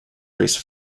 race